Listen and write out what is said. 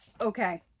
Okay